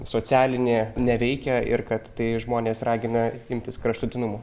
socialinė neveikia ir kad tai žmones ragina imtis kraštutinumų